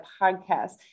podcast